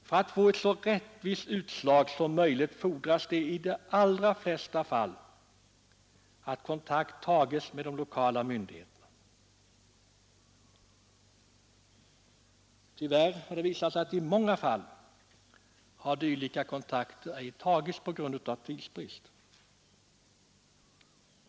För att få så rättvist utslag som möjligt fordras i de flesta fall att kontakt tas med de lokala myndigheterna. Tyvärr har det i många fall visat sig att dylika kontakter inte har tagits på grund av tidsbrist.